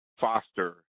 foster